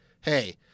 hey